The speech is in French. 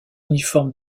uniformes